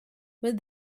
but